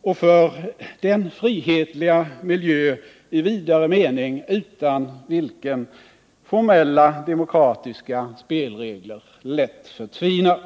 och för den frihetliga miljö i vidare mening utan vilken formella demokratiska spelregler lätt förtvinar.